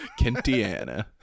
Kentiana